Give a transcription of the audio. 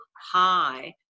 high